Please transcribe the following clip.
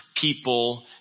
people